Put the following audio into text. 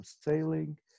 sailing